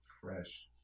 fresh